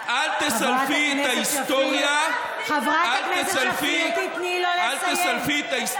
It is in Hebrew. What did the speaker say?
עשית, חברת הכנסת שפיר, תני לו לסיים.